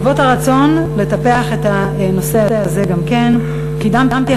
בעקבות הרצון לטפח את הנושא הזה גם קידמתי